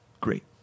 Great